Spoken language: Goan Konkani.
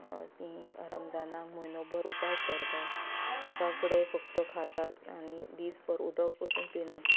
तीं रमजानाक म्हयनोबर उपास धरतात सकाळ फुडें फक्त खातात आनी दिसभर उदक पसून पिनात